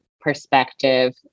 perspective